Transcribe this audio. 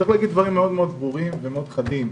צריך להגיד דברים מאוד ברורים ומאוד חדים: